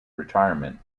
retirement